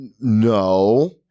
no